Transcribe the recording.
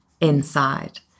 inside